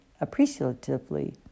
appreciatively